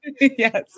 Yes